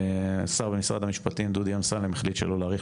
השר במשרד המשפטים דודי אמסלם החליט שלא להאריך